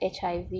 HIV